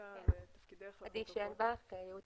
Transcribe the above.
עדי שיינבך, ייעוץ